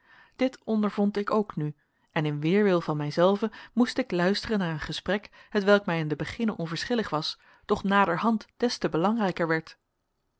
dit ondervond ik ook nu en in weerwil van mij zelven moest ik luisteren naar een gesprek hetwelk mij in de beginne onverschillig was doch naderhand des te belangrijker werd